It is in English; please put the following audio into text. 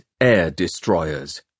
air-destroyers